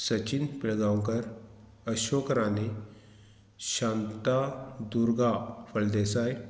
Sachin Pilgaonkar Ashok Rani Shantadurga Phaldesai